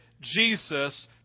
Jesus